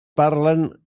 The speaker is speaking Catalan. parlen